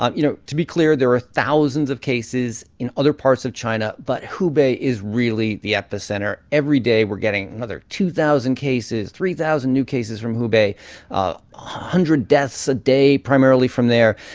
um you know, to be clear, there are thousands of cases in other parts of china, but hubei is really the epicenter. every day we're getting another two thousand cases, three thousand new cases from hubei, a a hundred deaths a day, primarily from there.